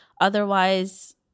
otherwise